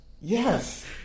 Yes